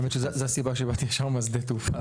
האמת שהסעיף הזה הוא הסיבה שבאתי ישר משדה התעופה.